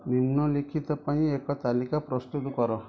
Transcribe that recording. ନିମ୍ନଲିଖିତ ପାଇଁ ଏକ ତାଲିକା ପ୍ରସ୍ତୁତ କର